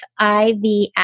IVF